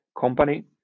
company